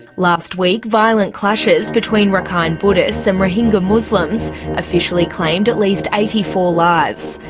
last week, violent clashes between rakhine buddhists and rohingya muslims officially claimed at least eighty four lives,